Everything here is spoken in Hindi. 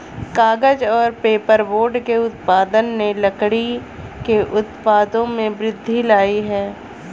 कागज़ और पेपरबोर्ड के उत्पादन ने लकड़ी के उत्पादों में वृद्धि लायी है